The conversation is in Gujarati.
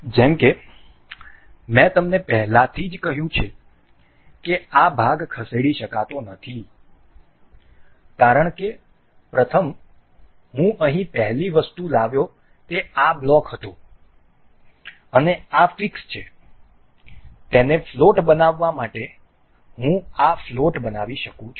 જેમ કે મેં તમને પહેલેથી જ કહ્યું છે કે આ ભાગ ખસેડી શકાતો નથી કારણ કે પ્રથમ હું અહીં પહેલી વસ્તુ લાવ્યો તે આ બ્લોક હતો અને આ ફીક્સ છે તેને ફ્લોટ બનાવવા માટે હું આ ફ્લોટ બનાવી શકું